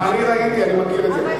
אני ראיתי, אני מכיר את זה.